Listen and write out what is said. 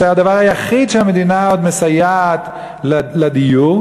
שזה היה הדבר היחיד שהמדינה עוד מסייעת לדיור.